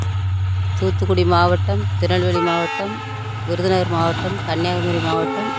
தூத்துக்குடி மாவட்டம் திருநெல்வேலி மாவட்டம் விருதுநகர் மாவட்டம் கன்னியாகுமரி மாவட்டம்